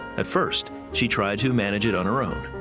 at first she tried to manage it on her own.